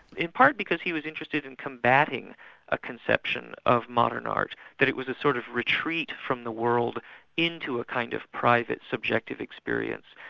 part because he was interested in combating a conception of modern art, that it was a sort of retreat from the world into a kind of private subjective experience,